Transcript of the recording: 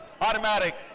Automatic